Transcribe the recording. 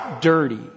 dirty